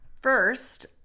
First